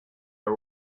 are